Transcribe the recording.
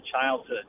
childhood